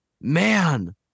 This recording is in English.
man